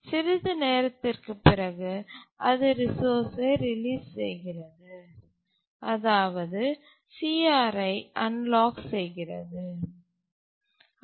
சிறிது நேரத்திற்குப் பிறகு அது ரிசோர்ஸ்சை ரிலீஸ் செய்கிறது அதாவது CRஐ அன்லாக் செய்கிறது